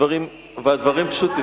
הדברים פשוטים.